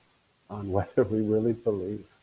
on whether we really believe,